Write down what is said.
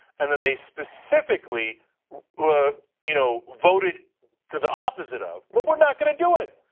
and that they specifically you know voted to the opposite of? well, we are not going to do it.